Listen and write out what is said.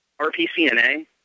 RPCNA